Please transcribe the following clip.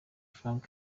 frank